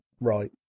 right